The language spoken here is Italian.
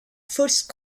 first